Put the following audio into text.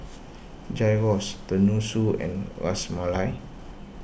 Gyros Tenmusu and Ras Malai